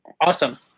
Awesome